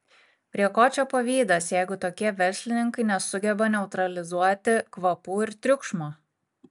prie ko čia pavydas jeigu tokie verslininkai nesugeba neutralizuoti kvapų ir triukšmo